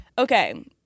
Okay